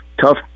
tough